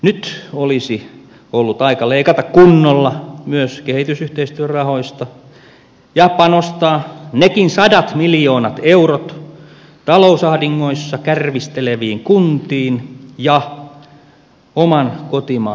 nyt olisi ollut aika leikata kunnolla myös kehitysyhteistyörahoista ja panostaa nekin sadat miljoonat eurot talousahdingoissa kärvisteleviin kuntiin ja oman kotimaan kansalaisiin